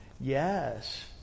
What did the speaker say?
Yes